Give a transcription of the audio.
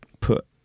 put